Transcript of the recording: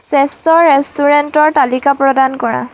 শ্ৰেষ্ঠ ৰেষ্টুৰেণ্টৰ তালিকা প্ৰদান কৰা